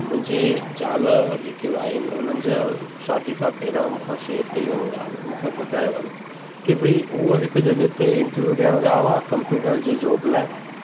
मुंहिंजी ज़ाल जेकी वाइन उन्हनि जो शादी खां पहिरियों मूंखां शेर कयूं आहिनि ॻाल्हि मूंखे ॿुधायो आहिनि की भई उहे हिकु जॻह ते इंटरव्यू ॾियणु विया हुआ कमप्यूटर जी जॉब लाइ